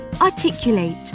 articulate